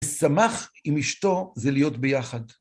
ושמח עם אשתו זה להיות ביחד.